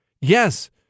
Yes